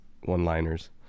one-liners